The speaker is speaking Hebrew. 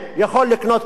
מה אתם מדברים?